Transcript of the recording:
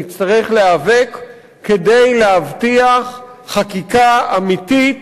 נצטרך להיאבק כדי להבטיח חקיקה אמיתית